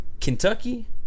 Kentucky